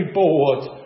bored